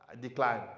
decline